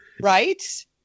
right